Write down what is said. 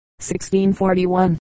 1641